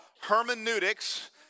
hermeneutics